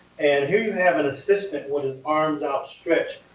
and here you have an assistant with his arms outstretched.